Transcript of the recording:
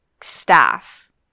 staff